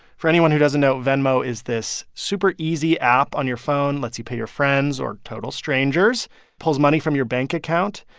for anyone who doesn't know, venmo is this super easy app on your phone, lets you pay your friends or total strangers pulls money from your bank account.